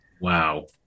Wow